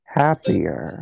happier